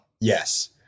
yes